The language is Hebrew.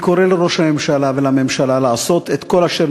אני קורא לראש הממשלה ולממשלה לעשות את כל אשר